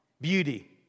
Beauty